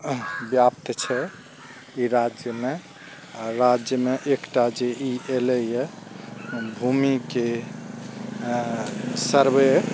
व्याप्त छै ई राज्यमे आओर राज्यमे एकटा जे ई एलइए भूमिके सर्वे